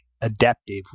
adaptive